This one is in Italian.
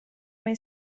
mai